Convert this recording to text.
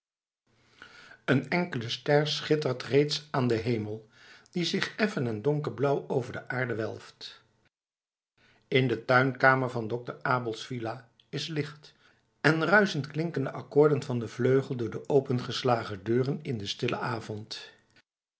een enkele ster schittert reeds aan den hemel die zich effen en donkerblauw over de aarde welft in de tuinkamer van dokter abels villa is licht en ruischend klinken de akkoorden van den vleugel door de opengeslagen deuren in den stillen avond